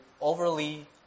overly